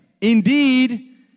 indeed